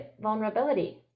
vulnerability